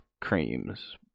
creams